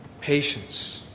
Patience